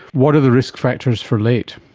what are the risk factors for late?